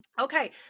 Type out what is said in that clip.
Okay